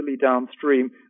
downstream